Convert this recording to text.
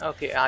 Okay